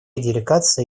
делегация